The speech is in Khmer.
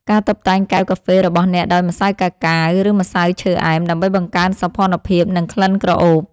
ការតុបតែងកែវកាហ្វេរបស់អ្នកដោយម្សៅកាកាវ ឬម្សៅឈើអែម ដើម្បីបង្កើនសោភ័ណភាព និងក្លិនក្រអូប។